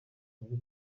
ububi